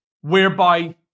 whereby